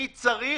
מי צריך,